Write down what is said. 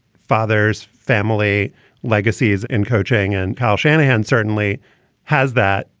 father's family legacy is in coaching, and kyle shanahan certainly has that.